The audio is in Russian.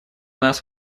нас